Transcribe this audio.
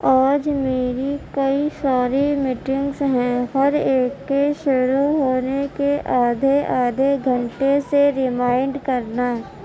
آج میری کئی ساری میٹنگز ہیں ہر ایک کے شروع ہونے کے آدھے آدھے گھنٹے سے رمائینڈ کرنا